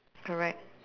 correct